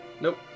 Nope